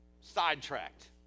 sidetracked